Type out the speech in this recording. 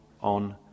on